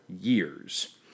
years